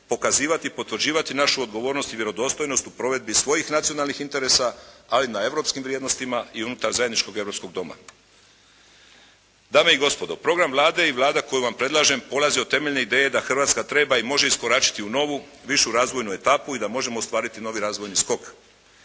pokazivati i potvrđivati našu odgovornost i vjerodostojnost u provedbi svojih nacionalnih interesa, ali na europskim vrijednostima i unutar zajedničkog europskog doma. Dame i gospodo, program Vlade i Vlada koju vam predlažem polaze od temeljne ideje da Hrvatska treba i može iskoračiti u novu višu razvojnu etapu i da možemo ostvariti novi razvojni skok.